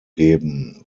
geben